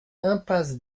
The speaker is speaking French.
impasse